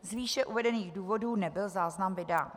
Z výše uvedených důvodů nebyl záznam vydán.